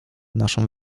naszą